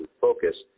focus